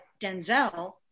Denzel